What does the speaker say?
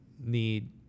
need